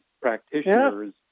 practitioners